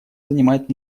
занимает